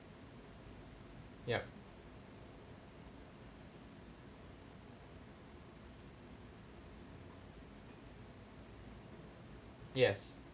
yup yes